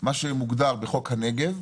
מה שמוגדר בחוק הנגב.